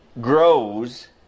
grows